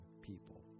people